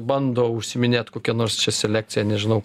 bando užsiiminėt kokia nors čia selekcija nežinau